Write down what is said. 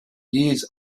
years